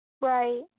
Right